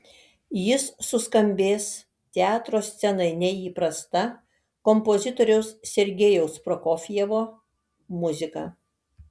jis suskambės teatro scenai neįprasta kompozitoriaus sergejaus prokofjevo muzika